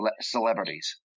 celebrities